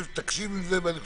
תקשיב לזה -- אני שומע.